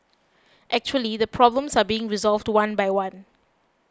actually the problems are being resolved one by one